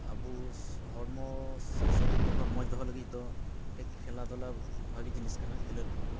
ᱟᱵᱳ ᱦᱚᱲᱢᱚ ᱥᱮ ᱥᱚᱨᱤᱨ ᱫᱚᱦᱚ ᱢᱚᱸᱡᱽ ᱫᱚᱦᱚ ᱞᱟ ᱜᱤᱫ ᱫᱚ ᱛᱮ ᱠᱷᱮᱞᱟ ᱫᱷᱩᱞᱟ ᱵᱷᱟᱜᱤ ᱡᱤᱱᱤᱥ ᱠᱟᱱᱟ ᱠᱷᱮᱞᱳᱰ ᱠᱚ